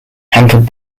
hampered